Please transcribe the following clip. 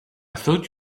thought